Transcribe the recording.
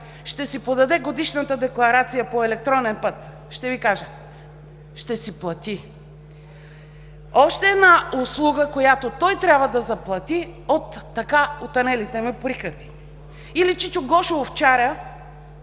ще си подаде годишната декларация по електронен път? Ще Ви кажа – ще си плати! Още една услуга, която, той трябва да заплати от така отънелите му приходи. Или чичо Гошо – овчарят,